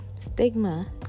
stigma